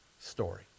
story